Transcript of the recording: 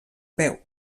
peu